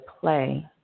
play